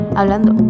hablando